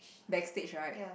backstage right